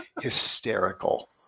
hysterical